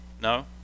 No